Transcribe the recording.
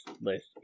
list